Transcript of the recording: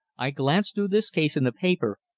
i glanced through this case in the paper,